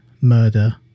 murder